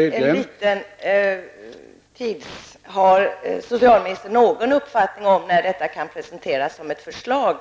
Herr talman! Har socialministern någon uppfattning om när det kan presenteras ett förslag